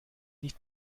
nicht